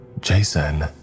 jason